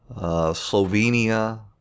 Slovenia